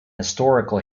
historical